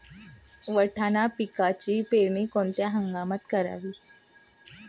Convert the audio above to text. वाटाणा पिकाची पेरणी कोणत्या हंगामात करावी?